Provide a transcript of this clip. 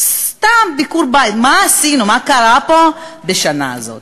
סתם ביקור בית, מה עשינו, מה קרה פה בשנה הזאת?